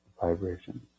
vibration